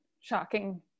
shocking